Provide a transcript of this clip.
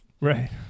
Right